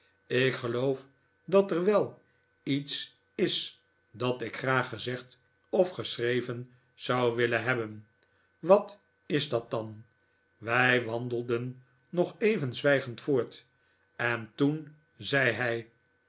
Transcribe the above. ik geloof dat er wel iets is dat ik graag gezegd of geschreven zou willen hebben wat is dat dan wij wandelden nog even zwijgend voort en toen zei hij